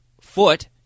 foot